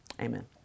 Amen